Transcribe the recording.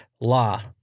Law